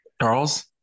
Charles